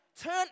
turn